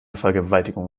vergewaltigung